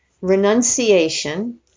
renunciation